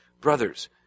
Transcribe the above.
Brothers